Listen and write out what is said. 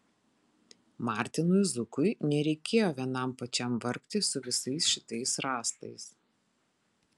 martinui zukui nereikėjo vienam pačiam vargti su visais šitais rąstais